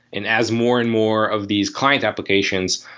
and as more and more of these client applications,